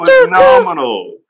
phenomenal